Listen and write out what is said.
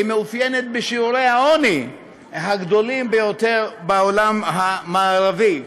היא מאופיינת בשיעורי העוני הגדולים ביותר בעולם המערבי.